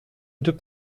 түп